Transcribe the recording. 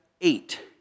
eight